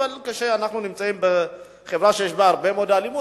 כשאנחנו נמצאים בחברה שיש בה הרבה מאוד אלימות.